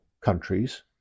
countries